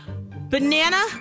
Banana